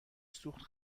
سوخت